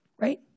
Right